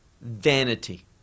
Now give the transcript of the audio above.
vanity